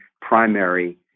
primary